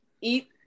eat